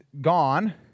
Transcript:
gone